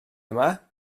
yma